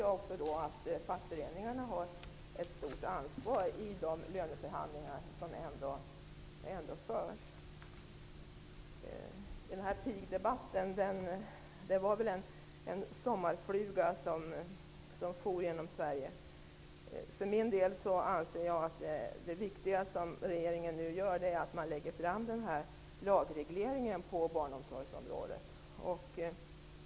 Jag tycker att fackföreningarna har ett stort ansvar i de löneförhandlingar som förs. ''Pigdebatten'' var väl en sommarfluga som for genom Sverige. För min del anser jag att det viktiga som regeringen nu skall göra är att genomföra en lagreglering på barnomsorgsområdet.